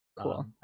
cool